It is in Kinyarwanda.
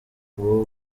ubu